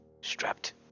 strapped